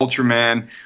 Ultraman